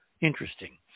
interesting